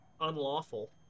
unlawful